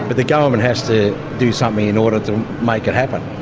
but the government has to do something in order to make it happen.